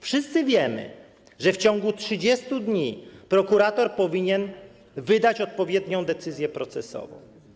Wszyscy wiemy, że w ciągu 30 dni prokurator powinien wydać odpowiednią decyzję procesową.